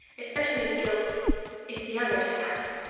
especially if gil if the others passed.